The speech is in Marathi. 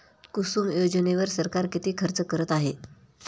कुसुम योजनेवर सरकार किती खर्च करत आहे?